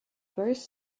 first